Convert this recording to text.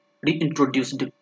reintroduced